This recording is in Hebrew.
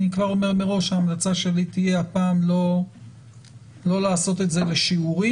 אני כבר אומר מראש ההמלצה שלי תהיה הפעם לא לעשות את זה לשיעורים,